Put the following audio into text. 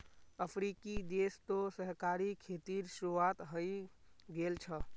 अफ्रीकी देश तो सहकारी खेतीर शुरुआत हइ गेल छ